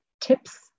tips